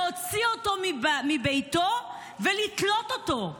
להוציא אותו מביתו ולתלות אותו.